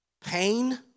Pain